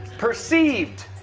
perceived?